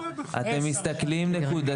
אבל רגע, אתם מסתכלים נקודתית.